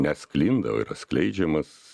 ne sklinda o yra skleidžiamas